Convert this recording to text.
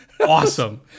awesome